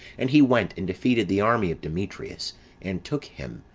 and he went, and defeated the army of demetrius and took him,